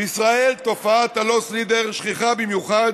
בישראל תופעת ה"לוס לידר" שכיחה במיוחד